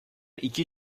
iki